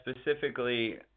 specifically